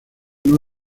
uno